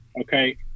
okay